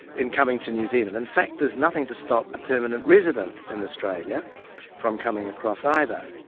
in coming to new zealand. in fact, there's nothing to stop a permanent resident in australia from coming across either,